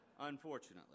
unfortunately